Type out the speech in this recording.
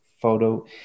photo